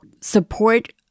support